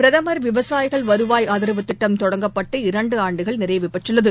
பிரதமர் விவசாயிகள் வருவாய் நிதி ஆதரவு திட்டம் தொடங்கப்பட்டு இரண்டு ஆண்டுகள் நிறைவடைந்துள்ளது